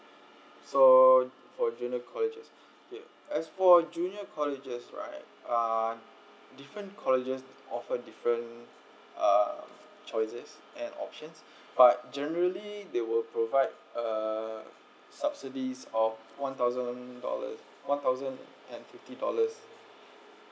so for junior colleges okay as for junior colleges right uh different colleges offer different uh choices and options but generally they will provide uh subsidies of one thousand dollar one thousand and fifty dollars